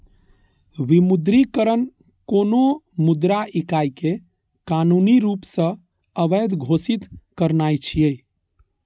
विमुद्रीकरण कोनो मुद्रा इकाइ कें कानूनी रूप सं अवैध घोषित करनाय छियै